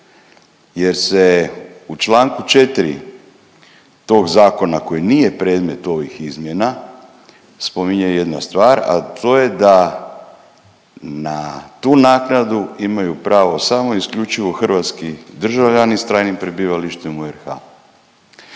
jer se u čl. 4. tog zakona koji nije predmet ovih izmjena spominje jedna stvar, a to je da na tu naknadu imaju pravo samo i isključivo hrvatski državljani s trajnim prebivalištem u RH.